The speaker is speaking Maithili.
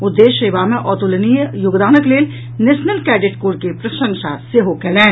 ओ देश सेवा मे अतुलनीय योगदानक लेल नेशनल कैडेट कोर के प्रशंसा सेहो कयलनि